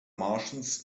martians